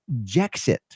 jexit